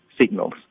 signals